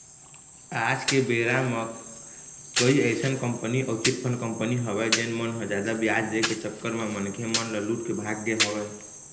आज के बेरा म कई अइसन कंपनी अउ चिटफंड कंपनी हवय जेन मन ह जादा बियाज दे के चक्कर म मनखे मन ल लूट के भाग गे हवय